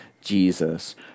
Jesus